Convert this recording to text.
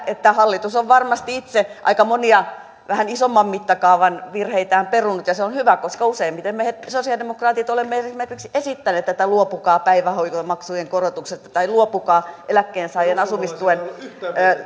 että hallitus on varmasti itse aika monia vähän isomman mittakaavan virheitään perunut ja se on hyvä koska useimmiten me sosialidemokraatit olemme esimerkiksi esittäneet luopukaa päivähoitomaksujen korotuksesta tai luopukaa eläkkeensaajien asumistuen